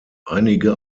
einige